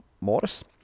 Morris